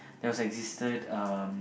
it was existed um